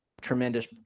tremendous